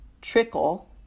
trickle